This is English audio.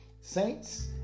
saints